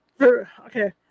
okay